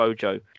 Bojo